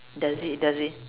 does it does it